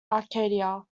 arcadia